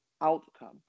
outcome